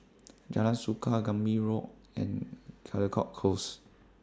Jalan Suka Gambir Road and Caldecott Close